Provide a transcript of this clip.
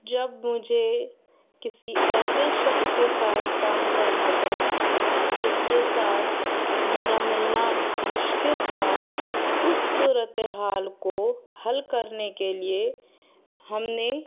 جب مجھے کسی ایسے شخص کے ساتھ کام کرنا پڑا جس کے ساتھ میرا ملنا مشکل تھا اس صورت حال کو حل کرنے کے لیے ہم نے